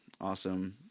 awesome